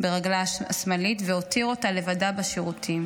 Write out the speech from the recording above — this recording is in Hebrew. ברגלה השמאלית והותיר אותה לבדה בשירותים.